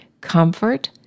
comfort